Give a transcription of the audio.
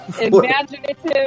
Imaginative